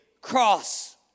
cross